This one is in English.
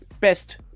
best